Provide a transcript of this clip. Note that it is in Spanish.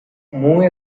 muy